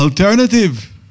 Alternative